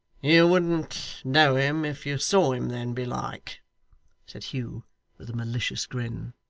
you wouldn't know him if you saw him then, belike said hugh with a malicious grin.